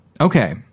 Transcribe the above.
Okay